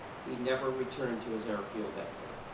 he never returned to his airfield that day